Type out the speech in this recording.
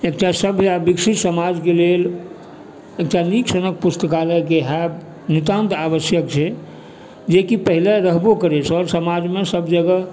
एकटा सभ्य आ विकसित समाजके लेल एकटा नीक सन पुस्तकालयके होयब नितान्त आवश्यक छै जेकि पहिले रहबो करय सर समाजमे सभ जगह